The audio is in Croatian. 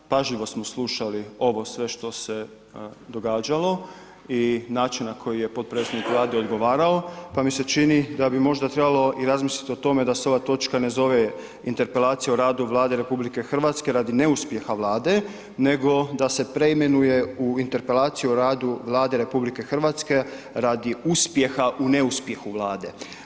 Pažljivo smo slušali ovo sve što se događalo i način na koji je podpredsjednik Vlade odgovarao, pa mi se čini da bi možda trebalo i razmisliti o tome da se ova točka ne zove Interpelacija o radu Vlade Republike Hrvatske radi neuspjeha Vlade, nego da se preimenuje u Interpelaciju o radu Vlade Republike Hrvatske radi uspjeha u neuspjehu Vlade.